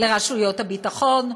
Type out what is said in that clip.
לרשויות הביטחון,